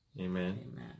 Amen